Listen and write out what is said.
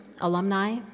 alumni